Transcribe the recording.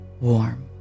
warm